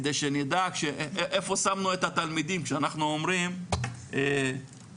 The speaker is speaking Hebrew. כדי שנדע איפה שמנו את התלמידים כשאנחנו אומרים "לימודים